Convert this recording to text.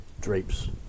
drapes